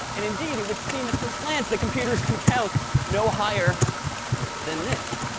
and indeed, it would seem at first glance that computers can count no higher than this.